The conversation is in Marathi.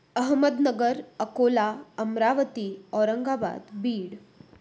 अहमदनगर अकोला अमरावती औरंगाबाद बीड